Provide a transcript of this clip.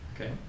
Okay